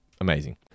amazing